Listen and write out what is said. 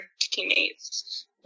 teammates